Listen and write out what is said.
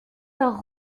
leurs